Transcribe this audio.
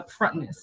upfrontness